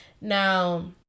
Now